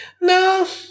no